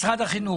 משרד החינוך.